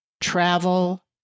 travel